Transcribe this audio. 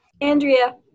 Andrea